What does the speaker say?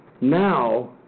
now